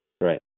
Right